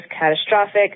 catastrophic